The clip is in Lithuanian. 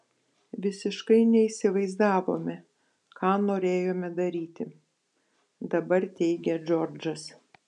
visiškai neįsivaizdavome ką norėjome daryti dabar teigia džordžas